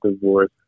divorce